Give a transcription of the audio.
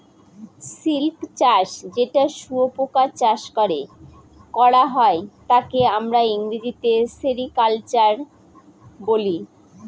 silk চাষ যেটা শুয়োপোকা চাষ করে করা হয় তাকে আমরা ইংরেজিতে সেরিকালচার বলে